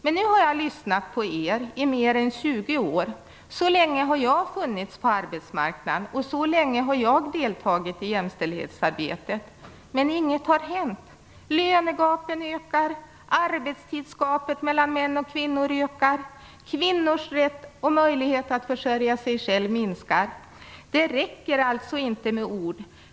Men nu har jag lyssnat på er i mer än 20 år - så länge har jag funnits på arbetsmarknaden, och så länge har jag deltagit i jämställdhetsarbetet. Men inget har hänt: Lönegapen ökar, arbetstidsgapet mellan män och kvinnor ökar, kvinnors rätt och möjlighet att försörja sig själv minskar. Det räcker alltså inte med ord.